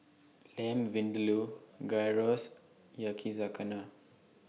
Lamb Vindaloo Gyros Yakizakana